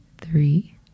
three